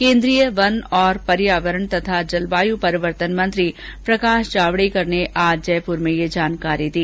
केन्द्रीय वन और पर्यावरण तथा जलवायु परिवर्तन मंत्री प्रकाश जावड़ेकर ने आज जयपुर में यह जानकारी दी